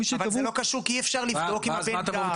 אבל, זה לא קשור כי אי אפשר לבדוק אם הבן גר.